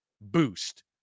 boost